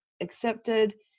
accepted